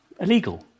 illegal